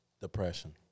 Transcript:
depression